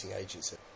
agency